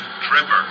Tripper